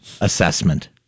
assessment